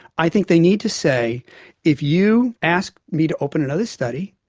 i think they need to say if you ask me to open another study,